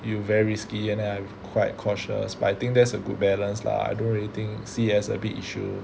you very risky and then I'm quite cautious but I think that's a good balance lah I don't really think see it as a big issue